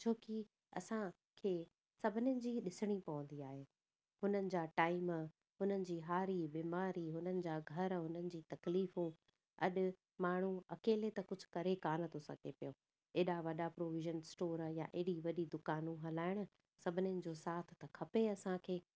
छोकी असांखे सभिनीनि जी ॾिसणी पवंदी आहे उन्हनि जा टाइम उन्हनि जी हारी बीमारी उन्हनि जा घर उन्हनि जी तकलीफ़ू अॼु माण्हू अकेले त कुझु करे कोन्ह थो सघे पियो एॾा वॾा प्रोविज़न स्टोर या एॾी वॾी दुकानूं हलाइण सभिनीनि जो साथ थो खपे असांखे